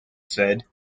said